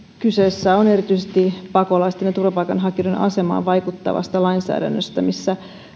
kyse on erityisesti pakolaisten ja turvapaikanhakijoiden asemaan vaikuttavasta lainsäädännöstä missä